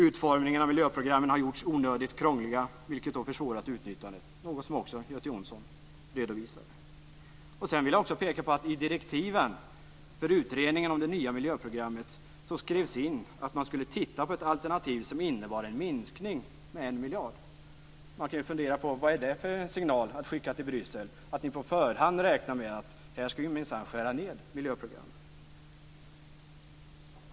Utformningen av miljöprogrammen har gjorts onödigt krånglig, vilket försvårat utnyttjandet, något som också Göte Jonsson redovisade. Sedan vill jag också peka på att i direktiven till utredningen om det nya miljöprogrammet skrevs det in att man skulle se på ett alternativ som innebar en minskning med 1 miljard. Man kan fundera över vad det är för signal att skicka till Bryssel, att vi på förhand räknar med en nedskärning i miljöprogrammen.